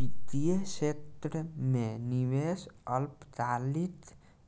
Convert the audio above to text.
वित्तीय क्षेत्र में निवेश अल्पकालिक